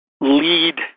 lead